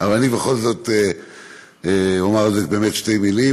אבל אני בכל זאת אומר על זה באמת שתי מילים.